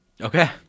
Okay